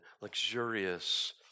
luxurious